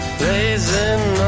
blazing